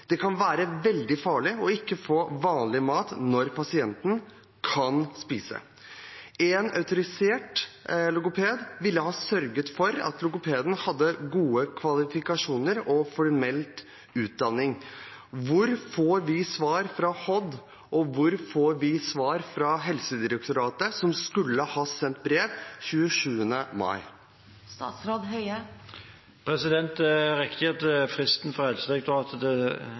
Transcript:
Det kan være veldig farlig å ikke få vanlig mat når pasienten kan spise. En autorisasjon ville ha sørget for at logopeden hadde gode kvalifikasjoner og en formell utdanning. Når får vi svar fra Helse- og omsorgsdepartementet, og når får vi svar fra Helsedirektoratet, som skulle ha sendt brev 27. mai? Det er riktig at fristen for Helsedirektoratet